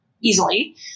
easily